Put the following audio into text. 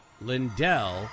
Lindell